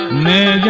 man